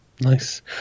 Nice